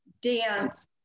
dance